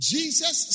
Jesus